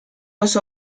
los